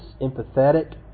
empathetic